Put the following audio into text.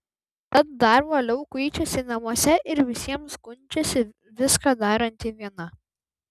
tad dar uoliau kuičiasi namuose ir visiems skundžiasi viską daranti viena